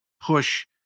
push